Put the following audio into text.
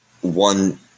one